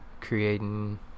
creating